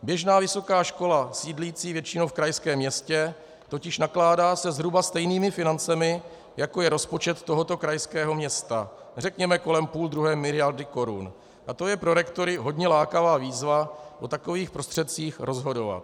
Běžná vysoká škola sídlící většinou v krajském městě totiž nakládá se zhruba stejnými financemi, jako je rozpočet tohoto krajského města, řekněme kolem 1,5 mld. korun, a to je pro rektory hodně lákavá výzva o takových prostředcích rozhodovat.